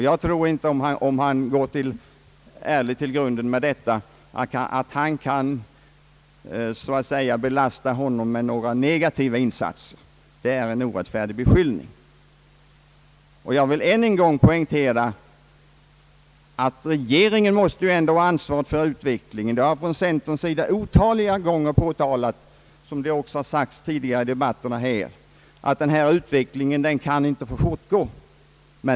Jag tror inte att herr Karlsson, om han går ärligt till grunden med detta, kan belasta herr Hedlund för några negativa insatser. Det är en orättfärdig beskyllning. Jag vill än en gång poängtera att det är regeringen som måste ha ansvaret för utvecklingen. Det har från centerns sida påtalats otaliga gånger, och det har sagts i debatten i dag, att denna utveckling inte kan få fortgå.